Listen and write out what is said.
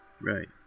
Right